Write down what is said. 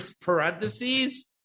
parentheses